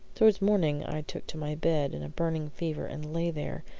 towards morning i took to my bed in a burning fever, and lay there,